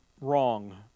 wrong